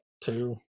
two